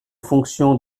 fonction